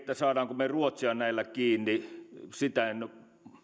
saammeko me ruotsia näillä kiinni en